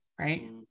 right